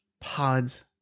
Pods